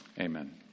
Amen